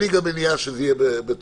גם אין לי מניעה שזה יהיה בתוכו,